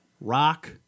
Rock